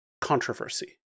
controversy